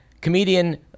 comedian